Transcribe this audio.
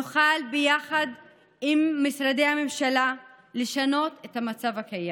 נוכל, ביחד עם משרדי הממשלה, לשנות את המצב הקיים.